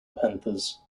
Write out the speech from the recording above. panthers